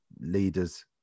leaders